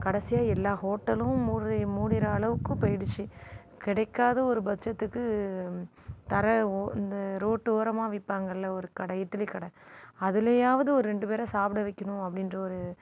கடைசியாக எல்லா ஹோட்டலும் மூடி மூடிற அளவுக்கு போயிடுச்சு கிடைக்காத ஒரு பச்சதுக்கு தர இந்த ரோட்டோரமாக விற்பாங்கள்ல ஒரு கடை இட்லி கடை அதுலயாவது ஒரு ரெண்டு பேரை சாப்பிட வைக்கணும் அப்படின்ற ஒரு